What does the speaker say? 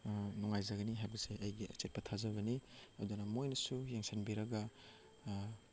ꯅꯨꯡꯉꯥꯏꯖꯒꯅꯤ ꯍꯥꯏꯕꯁꯦ ꯑꯩꯒꯤ ꯑꯆꯦꯠꯄ ꯊꯥꯖꯕꯅꯤ ꯑꯗꯨꯅ ꯃꯣꯏꯅꯁꯨ ꯌꯦꯡꯁꯤꯟꯕꯤꯔꯒ